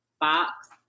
box